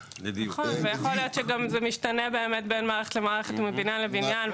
ויכול להיות שזה משתנה בין מערכת למערכת ובין בניין לבניין,